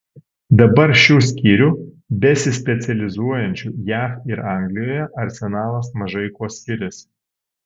dabar šių skyrių besispecializuojančių jav ir anglijoje arsenalas mažai kuo skiriasi